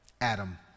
Adam